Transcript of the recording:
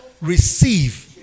receive